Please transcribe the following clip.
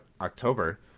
October